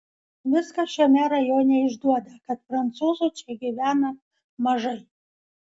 viskas šiame rajone išduoda kad prancūzų čia gyvena mažai